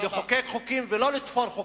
לחוקק חוקים ולא לתפור חוקים,